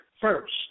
first